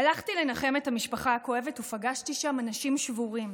הלכתי לנחם את המשפחה הכואבת ופגשתי שם אנשים שבורים.